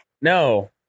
No